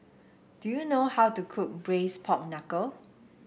do you know how to cook braise Pork Knuckle